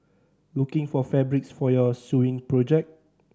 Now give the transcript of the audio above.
looking for fabrics for your sewing project